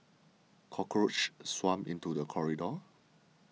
cockroaches swarmed into the corridor